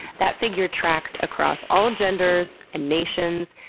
that figure tracks across all genders and nations.